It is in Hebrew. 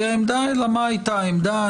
אלא מה הייתה העמדה.